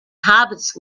hobbits